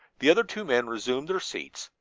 the other two men resumed their seats.